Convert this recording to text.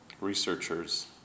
researchers